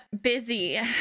busy